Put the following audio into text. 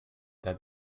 that